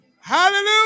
Hallelujah